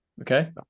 okay